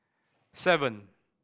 seven